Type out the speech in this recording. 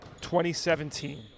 2017